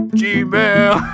gmail